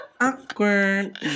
Awkward